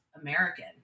American